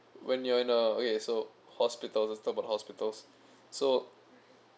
when you are in a okay so hospitals we talk about hospitals so